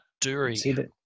Dury